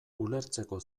ulertzeko